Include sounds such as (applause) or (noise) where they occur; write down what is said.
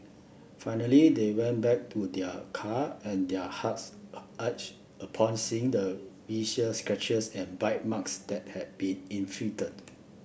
finally they went back to their car and their hearts (unintelligible) upon seeing the (unintelligible) scratches and bite marks that had been inflicted